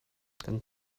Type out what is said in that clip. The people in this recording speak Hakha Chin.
kan